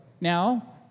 Now